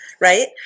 right